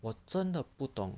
我真的不懂